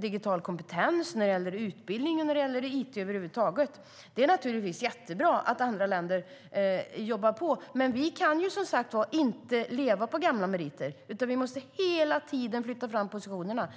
digital kompetens, utbildning och it över huvud taget. Det är naturligtvis jättebra att andra länder jobbar på, men vi kan inte leva på gamla meriter utan måste hela tiden flytta fram positionerna.